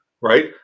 right